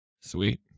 Sweet